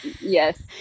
yes